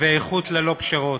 ואיכות ללא פשרות.